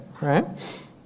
right